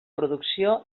producció